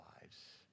lives